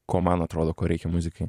ko man atrodo ko reikia muzikai